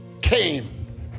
came